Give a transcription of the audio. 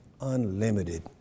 Unlimited